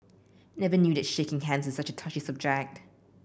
never knew that shaking hands is such a touchy subject